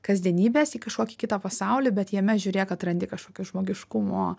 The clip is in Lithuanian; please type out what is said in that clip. kasdienybės į kažkokį kitą pasaulį bet jame žiūrėk atrandi kažkokius žmogiškumo